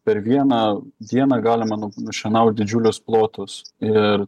per vieną dieną galima nu nušienaut didžiulius plotus ir